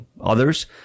others